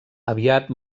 aviat